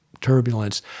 turbulence